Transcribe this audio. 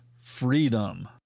Freedom